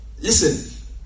Listen